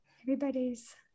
Everybody's